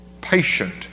patient